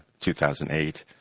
2008